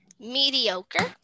Mediocre